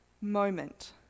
moment